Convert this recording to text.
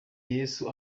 yesu